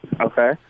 Okay